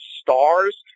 stars—